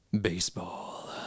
baseball